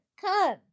Come